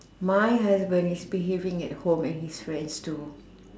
my husband is behaving at home and he swears too